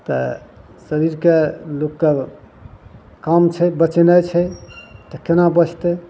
तऽ शरीरके लोगके काम छै बचेनाइ छै तऽ केना बचतय